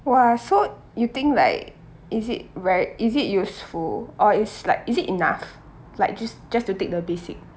!wah! so you think like is it ver~ is it useful or it's like is it enough like just just to take the basic